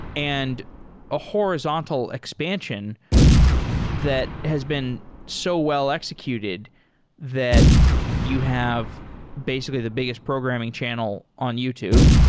and a horizontal expansion that has been so wel l-executed that you have basically the biggest programming channel on youtube.